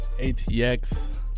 atx